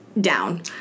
down